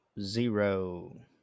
Zero